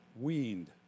weaned